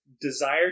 desire